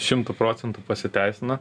šimtu procentų pasiteisina